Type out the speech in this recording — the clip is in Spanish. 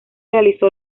realizó